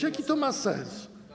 Jaki to ma sens?